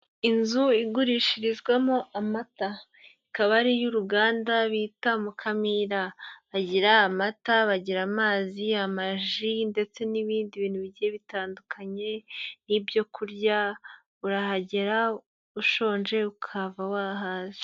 Inzu igurishirizwamo amata, ikaba ari iy'uruganda bita Mukamira, bagira amata, bagira amazi, amaji, ndetse n'ibindi bintu bigiye bitandukanye, n'ibyo kurya, urahagera ushonje ukahava wahaze.